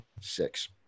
six